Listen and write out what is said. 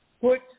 put